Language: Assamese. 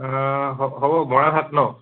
হ হ'ব মৰাহাট নহ্